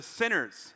sinners